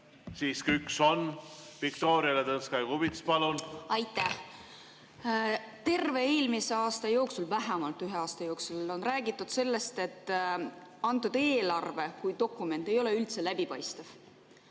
Siiski üks on. Viktoria Ladõnskaja-Kubits, palun! Aitäh! Terve eelmise aasta jooksul räägiti, vähemalt ühe aasta jooksul on räägitud sellest, et antud eelarve kui dokument ei ole üldse läbipaistev.